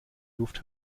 luft